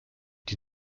die